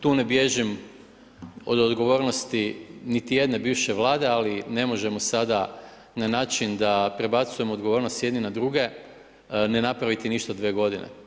Tu ne bježim od odgovornosti niti jedne bivše Vlade, ali ne možemo sada na način da prebacujemo odgovornost s jednih na druge, ne napraviti ništa dvije godine.